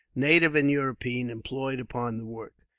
native and european, employed upon the work.